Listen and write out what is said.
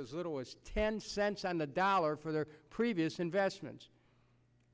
as little as ten cents on the dollar for their previous investments